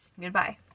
Goodbye